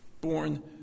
Born